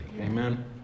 Amen